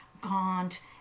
gaunt